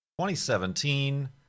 2017